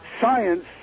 science